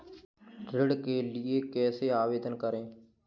ऋण के लिए कैसे आवेदन करें?